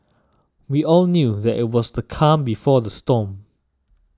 we all knew that it was the calm before the storm